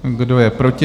Kdo je proti?